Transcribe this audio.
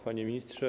Panie Ministrze!